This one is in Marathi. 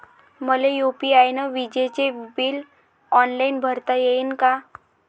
मले यू.पी.आय न विजेचे बिल ऑनलाईन भरता येईन का?